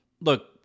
look